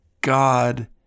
God